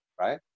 right